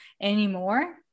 anymore